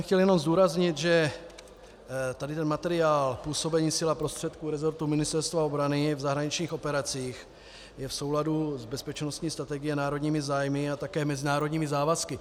Chtěl jsem jenom zdůraznit, že materiál působení sil a prostředků rezortu Ministerstva obrany v zahraničních operacích je v souladu s bezpečnostní strategií a národními zájmy a také mezinárodními závazky.